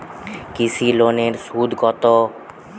কৃষি লোনের সুদ কত?